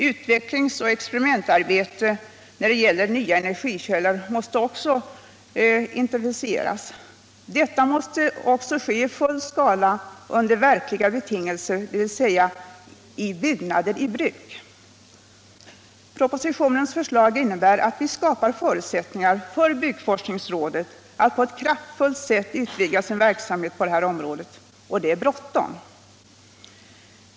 Utvecklingsoch experimentarbete när det gäller nya energikällor måste intensifieras. Detta måste också ske i full skala under verkliga betingelser, dvs. i byggnader i bruk. Propositionens förslag innebär att vi skapar förutsättningar för byggforskningsrådet att på ett kraftfullt sätt utvidga sin verksamhet på det här området. Och det är bråttom.